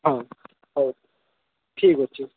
ହଁ ହଉ ଠିକ୍ ଅଛି